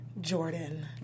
Jordan